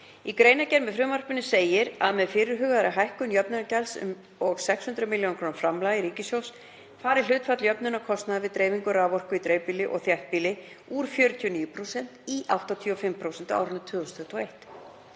Í greinargerð með frumvarpinu segir að með fyrirhugaðri hækkun jöfnunargjaldsins og 600 millj. kr. framlagi ríkissjóðs fari hlutfall jöfnunar kostnaðar við dreifingu raforku í dreifbýli og þéttbýli úr 49% í 85% á árinu 2021.